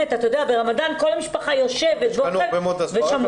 ברמדאן כל המשפחה נוהגת לשבת ולהיפגש,